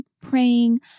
praying